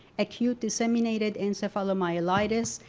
acute disseminated encephalomyelitis,